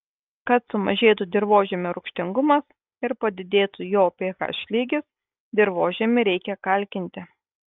kad sumažėtų dirvožemio rūgštingumas ir padidėtų jo ph lygis dirvožemį reikia kalkinti